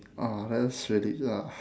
oh that's really ah